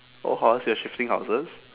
old house you're shifting houses